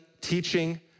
teaching